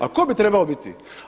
A tko bi trebao biti?